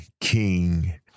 King